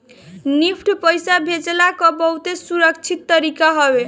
NEFT पईसा भेजला कअ बहुते सुरक्षित तरीका हवे